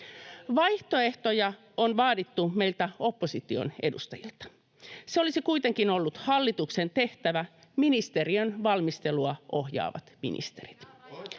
Vaihtoehtoja on vaadittu meiltä opposition edustajilta. Se olisi kuitenkin ollut hallituksen tehtävä — ministeriön valmistelua ohjaavat ministerit.